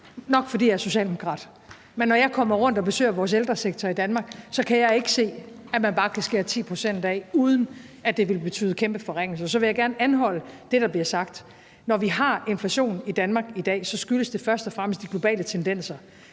nok fordi jeg er socialdemokrat. Men når jeg kommer rundt og besøger vores ældresektor i Danmark, kan jeg ikke se, at man bare kan skære 10 pct. af, uden at det vil betyde kæmpe forringelser. Så vil jeg anholde det, der bliver sagt. Når vi har inflation i Danmark i dag, skyldes det først og fremmest de globale tendenser.